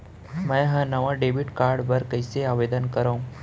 मै हा नवा डेबिट कार्ड बर कईसे आवेदन करव?